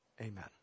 amen